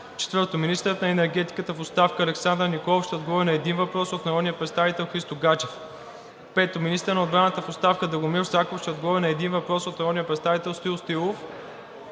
4. Министърът на енергетиката в оставка Александър Николов ще отговори на един въпрос от народния представител Христо Гаджев. 5. Министърът на отбраната в оставка Драгомир Заков ще отговори на един въпрос от народния представител Стоил Стоилов.